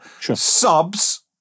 Subs